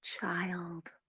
child